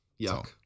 Yuck